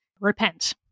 repent